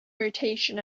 rotation